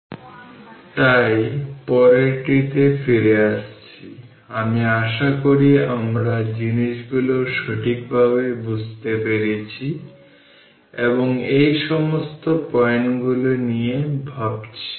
capacitors and inductors অবিরত তাই পরেরটিতে ফিরে আসছি আমি আশা করি আমরা জিনিসগুলি সঠিকভাবে বুঝতে পারছি এবং এই সমস্ত পয়েন্টগুলি নিয়ে ভাবছি